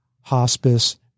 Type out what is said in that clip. hospice